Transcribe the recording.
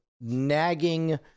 nagging